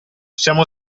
possiamo